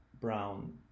brown